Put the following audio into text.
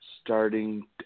starting